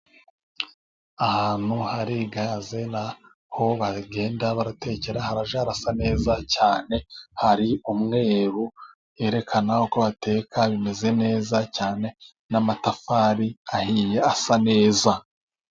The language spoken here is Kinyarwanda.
Ahantu hari gaze naho bajya batekera haba hasa neza cyane, hari umweru yerekana uko ateka bimeze neza cyane, n' amatafari ahiye asa neza.